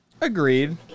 Agreed